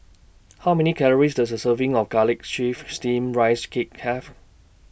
How Many Calories Does A Serving of Garlic Chives Steamed Rice Cake Have